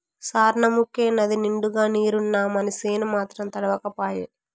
సార్నముకే నదినిండుగా నీరున్నా మనసేను మాత్రం తడవక పాయే